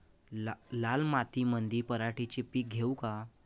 लाल मातीमंदी पराटीचे पीक घेऊ का?